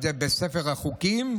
בספר החוקים,